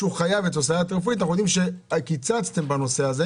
שחייב את הסייעת הרפואית - קיצצתם בזה,